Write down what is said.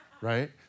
right